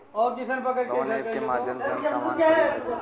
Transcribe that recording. कवना ऐपके माध्यम से हम समान खरीद सकीला?